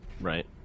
Right